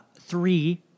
three